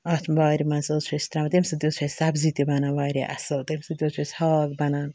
اَتھ وارِ منٛز حظ چھِ أسۍ ترٛاوان تَمہِ سۭتۍ چھِ اسہِ سَبزی تہِ بَنان واریاہ اصل تَمہِ سۭتۍ حٕظ چھُ اسہِ ہاکھ بَنان